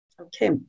Okay